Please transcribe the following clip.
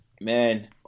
Man